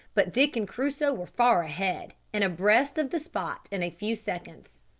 but dick and crusoe were far ahead, and abreast of the spot in a few seconds.